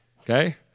Okay